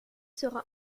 sera